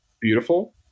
beautiful